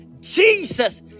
Jesus